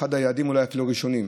אולי אפילו אחד היעדים הראשונים,